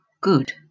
Good